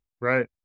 Right